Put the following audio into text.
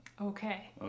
Okay